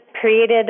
created